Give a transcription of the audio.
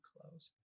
close